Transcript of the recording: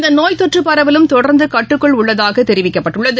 இந்தநோய் தொற்றுபரவலும் தொடர்ந்துகட்டுக்குள் உள்ளதாகதெரிவிக்கப்பட்டுள்ளது